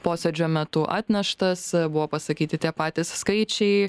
posėdžio metu atneštas buvo pasakyti tie patys skaičiai